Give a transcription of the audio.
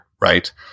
right